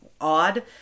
odd